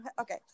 Okay